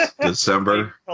December